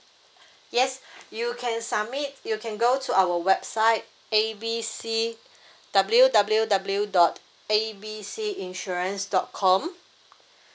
yes you can submit you can go to our website A B C W W W dot A B C insurance dot com